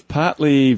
partly